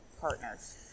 partners